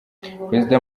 perezida